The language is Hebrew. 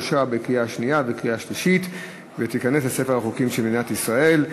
אושרה בקריאה שנייה ובקריאה שלישית ותיכנס לספר החוקים של מדינת ישראל.